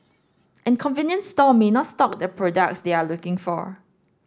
and convenience stores may not stock the products they are looking for